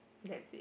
that's it